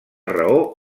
raó